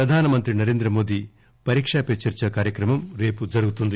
ప్రధానమంత్రి నరేంద్రమోదీ పరీకాపే చర్చా కార్యక్రమం రేపు జరుగుతుంది